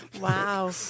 Wow